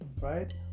right